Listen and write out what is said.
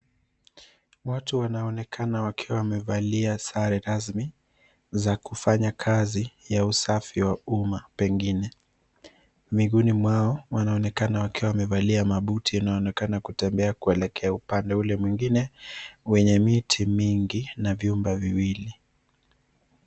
Watu wanaonekana wakiwa wamevalia sare rasmi za kufanya kazi ya usafi wa umma pengine. Miguuni mwao wanaonekana wakiwa wamevalia mabuti yanayoonekana kutembea kuelekea upande ule mwingine wenye miti mingi na vyumba viwili.